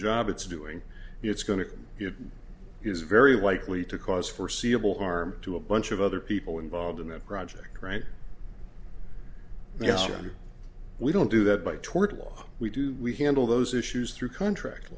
job it's doing it's going to be it is very likely to cause for seeable arm to a bunch of other people involved in that project right now and we don't do that by tort law we do we handle those issues through contract